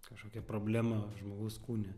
kažkokią problemą žmogaus kūne